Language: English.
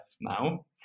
now